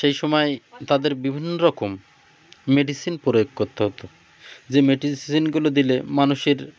সেই সময় তাদের বিভিন্ন রকম মেডিসিন প্রয়োগ করতে হতো যে মেডিসিনগুলো দিলে মানুষের